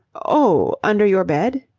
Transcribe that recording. oh, under your bed?